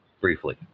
briefly